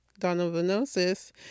donovanosis